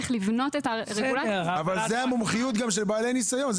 אבל זוהי גם המומחיות של בעלי ניסיון.